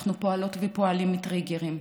אנחנו פועלות ופועלים מטריגרים,